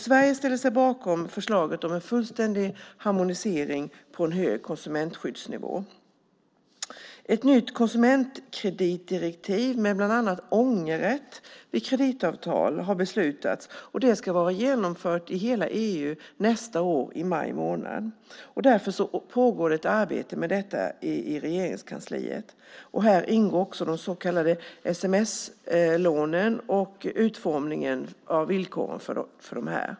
Sverige ställer sig bakom förslaget om en fullständig harmonisering på en hög konsumentskyddsnivå. Ett nytt konsumentkreditdirektiv med bland annat ångerrätt vid kreditavtal har beslutats och ska vara genomfört i hela EU nästa år i maj månad. Därför pågår ett arbete i Regeringskansliet. Här ingår också de så kallade sms-lånen och utformningen av villkoren för dem.